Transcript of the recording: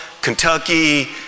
kentucky